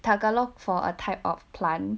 tagalog for a type of plant